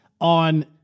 on